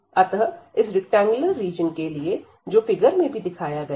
अतः इस rectangular region के लिए जो फिगर में भी दिखाया गया है